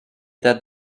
that